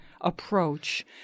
approach